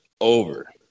over